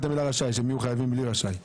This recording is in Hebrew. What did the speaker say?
שהם יהיו חייבים בלי "רשאי".